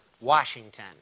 Washington